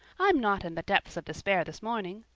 i'm not in the depths of despair this morning.